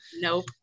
Nope